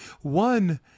One